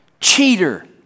cheater